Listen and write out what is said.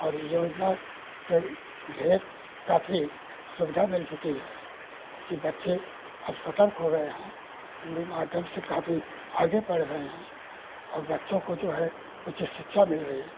और योजना से ढेर काफी सुविधा मिल चुकी है कि बच्चे अब सतर्क हो गए हैं हिन्दी माध्यम से काफी आगे बढ़ रहे हैं और बच्चों को जो है उचित शिक्षा मिल रही है